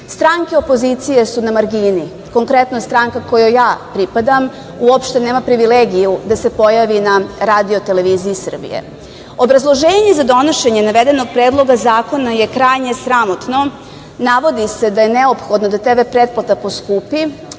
opozicije su na margini. Konkretno, stranka kojoj ja pripadam uopšte nema privilegiju da se pojavi na RTS-u. Obrazloženje za donošenje navedenog predloga zakona je krajnje sramotno. Navodi se da je neophodno da TV pretplata poskupi